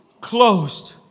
closed